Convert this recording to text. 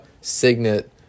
Signet